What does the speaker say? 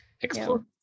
explore